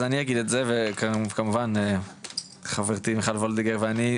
אני אגיד את זה וכמובן חברתי מיכל וולדיגר ואני,